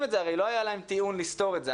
את זה כי הרי לא היה להם טיעון לסתור את זה.